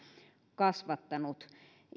kasvattanut